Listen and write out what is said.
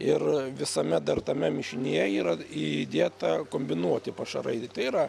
ir visame dar tame mišinyje yra įdėta kombinuoti pašarai tai yra